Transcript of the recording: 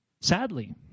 sadly